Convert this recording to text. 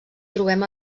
trobem